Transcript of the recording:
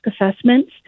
assessments